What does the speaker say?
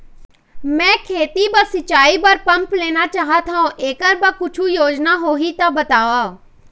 मैं खेती म सिचाई बर पंप लेना चाहत हाव, एकर बर कुछू योजना होही त बताव?